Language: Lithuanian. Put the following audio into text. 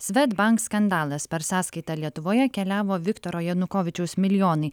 svedbank skandalas per sąskaitą lietuvoje keliavo viktoro janukovyčiaus milijonai